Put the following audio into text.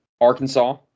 Arkansas